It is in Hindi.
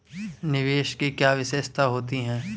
निवेश की क्या विशेषता होती है?